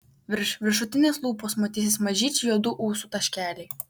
virš viršutinės lūpos matysis mažyčiai juodų ūsų taškeliai